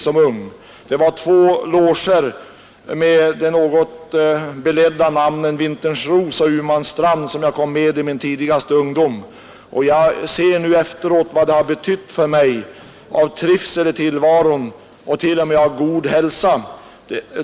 Det fanns då två loger, med de något beledda namnen ”Vinterns ros” och ”Umans strand”, som jag var med i under min tidigaste ungdom. Nu efteråt förstår jag vad detta har betytt för mig av trivsel i tillvaron och till och med god hälsa.